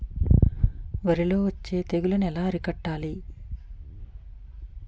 వరిలో వచ్చే తెగులని ఏలా అరికట్టాలి?